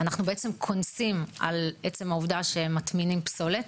אנחנו בעצם קונסים על עצם העובדה שמטמינים פסולת.